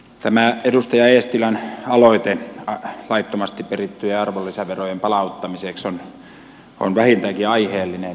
tämä edustaja eestilän aloite laittomasti perittyjen arvonlisäverojen palauttamiseksi on vähintäänkin aiheellinen